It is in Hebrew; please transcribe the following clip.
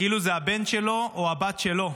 כאילו זה הבן שלו או הבת שלו.